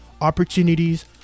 opportunities